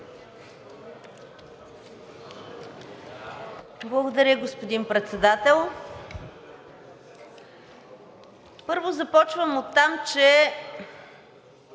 Благодаря, господин Председател. Първо, започвам оттам, че